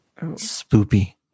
Spoopy